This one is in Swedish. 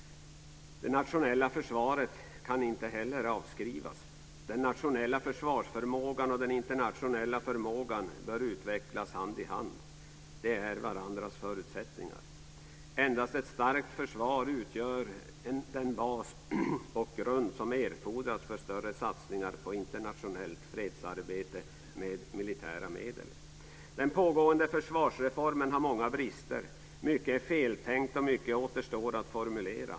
Det nationella försvaret kan inte heller avskrivas. Den nationella försvarsförmågan och den internationella förmågan bör utvecklas hand i hand. De är varandras förutsättningar. Endast ett starkt försvar utgör den bas och grund som erfordras för större satsningar på internationellt fredsarbete med militära medel. Den pågående försvarsreformen har många brister. Mycket är feltänkt, och mycket återstår att formulera.